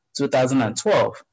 2012